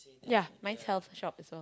ya mine's health shop also